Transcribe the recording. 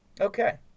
Okay